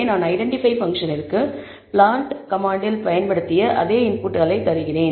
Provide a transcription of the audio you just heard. நான் ஐடென்டிபை ஃபங்ஷனிற்கு பிளாட் கமாண்ட்டில் பயன்படுத்திய அதே இன்புட்களை தருகிறேன்